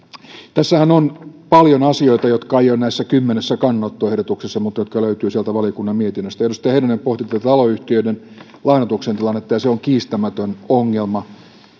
tässähän on paljon asioita jotka eivät ole näissä kymmenessä kannanottoehdotuksessa mutta jotka löytyvät sieltä valiokunnan mietinnöstä edustaja heinonen pohti taloyhtiöiden lainoituksen tilannetta se on kiistämätön ongelma